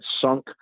sunk